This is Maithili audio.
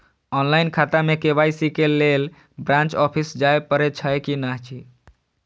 ऑनलाईन खाता में के.वाई.सी के लेल ब्रांच ऑफिस जाय परेछै कि नहिं?